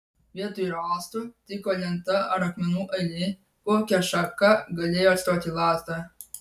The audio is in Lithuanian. vietoj rąsto tiko lenta ar akmenų eilė kokia šaka galėjo atstoti lazdą